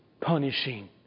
punishing